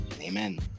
amen